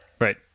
right